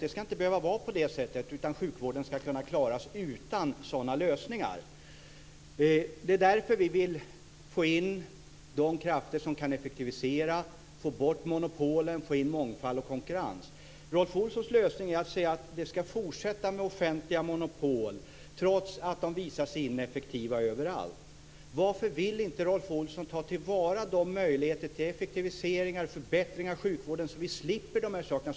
Det ska inte behöva vara på det sättet, utan sjukvården ska kunna klaras utan sådana lösningar. Det är därför som vi vill få in de krafter som kan effektivisera. Vi vill få bort monopolen och få in mångfald och konkurrens. Rolf Olssons lösning är att säga att de offentliga monopolen ska fortsätta trots att de visat sig vara ineffektiva överallt. Varför vill inte Rolf Olsson ta till vara de möjligheter som finns till effektiviseringar och förbättringar av sjukvården, så att vi slipper de här sakerna?